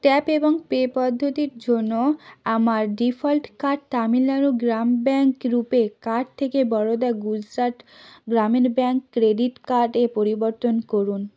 tap এবং pay পদ্ধতির জন্য আমার default card Tamil Nadu Grama bank RuPay card থেকে বরোদা গুজরাট গ্রামীণ ব্যাঙ্ক ক্রেডিট কার্ডে পরিবর্তন করুন